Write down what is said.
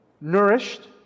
nourished